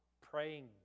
praying